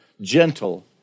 gentle